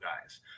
guys